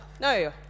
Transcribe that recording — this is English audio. no